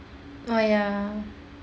oh ya